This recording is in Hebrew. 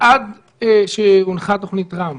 עד שהונחה תוכנית טראמפ